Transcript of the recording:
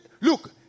look